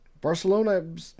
Barcelona